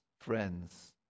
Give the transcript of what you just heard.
friends